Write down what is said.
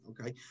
okay